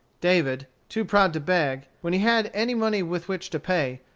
david, too proud to beg, when he had any money with which to pay,